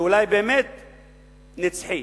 בר-קיימא, ואולי באמת נצחי.